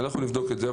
אנחנו נבדוק את זה.